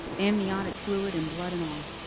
amniotic fluid and blood and all.